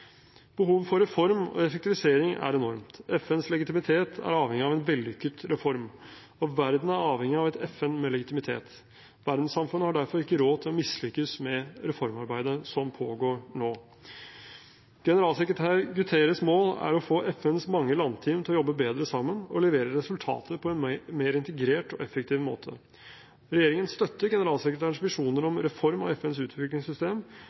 Behovet for reform og effektivisering er enormt. FNs legitimitet er avhengig av en vellykket reform, og verden er avhengig av et FN med legitimitet. Verdenssamfunnet har derfor ikke råd til å mislykkes med reformarbeidet som pågår nå. Generalsekretær Guterres’ mål er å få FNs mange landteam til å jobbe bedre sammen og levere resultater på en mer integrert og effektiv måte. Regjeringen støtter generalsekretærens visjoner om reform av FNs utviklingssystem,